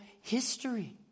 history